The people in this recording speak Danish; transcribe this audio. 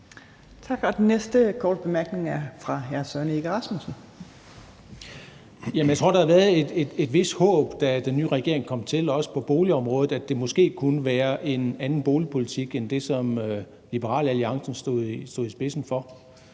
hr. Søren Egge Rasmussen. Kl. 17:38 Søren Egge Rasmussen (EL): Jeg tror, der har været et vist håb, da den nye regering kom til, også på boligområdet, om, at der måske kunne være en anden boligpolitik end den, som Liberal Alliance stod i spidsen for,